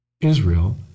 Israel